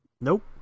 Nope